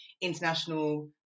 international